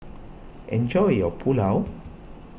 enjoy your Pulao